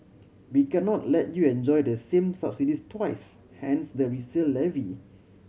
we cannot let you enjoy the same subsidies twice hence the resale levy